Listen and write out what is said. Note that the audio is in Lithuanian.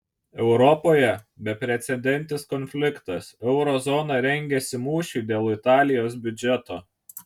europoje beprecedentis konfliktas euro zona rengiasi mūšiui dėl italijos biudžeto